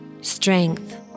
strength